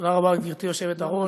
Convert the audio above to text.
תודה רבה, גברתי היושבת-ראש.